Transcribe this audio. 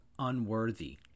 unworthy